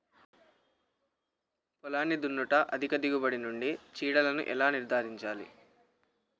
పొలాన్ని దున్నుట అధిక దిగుబడి నుండి చీడలను ఎలా నిర్ధారించాలి?